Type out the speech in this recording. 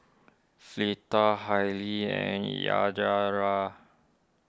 Fleeta Hailee and Yajaira